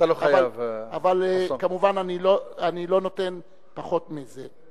אבל כמובן אני לא נותן יותר מזה.